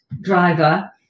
driver